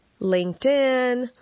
LinkedIn